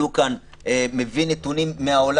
הוא מביא כאן נתונים מהעולם,